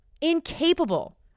incapable